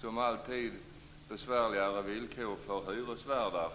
som alltid innebär besvärligare villkor för hyresvärdarna.